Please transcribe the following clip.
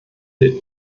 der